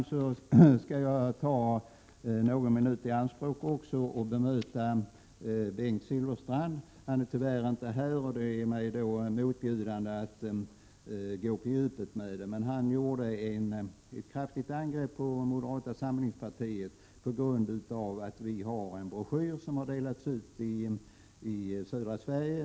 Jag skall dessutom ta någon minut i anspråk för att bemöta Bengt Silfverstrand. Tyvärr är han inte i kammaren. Det är mig därför motbjudande att gå på djupet. Bengt Silfverstrand gjorde emellertid ett kraftigt angrepp på moderata samlingspartiet på grund av att vi har en broschyr som har delats ut i södra Sverige.